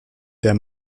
der